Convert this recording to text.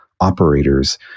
operators